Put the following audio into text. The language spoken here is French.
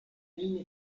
mines